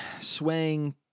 swaying